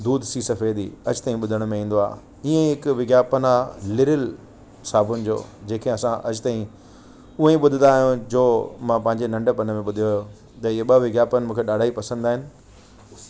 दूध सी सफेदी अॼु ताईं ॿुधण में ईंदो आहे ईअं हिकु विज्ञापन आहे लिरिल साबूण जो जेके असां अॼ ताईं हुए ॿुधदा आयूं जो मां पांजे नंढपणु में ॿुधयो हुओ त ईअ ॿ विज्ञापन मूंखे ॾाढा पसंदि आहिनि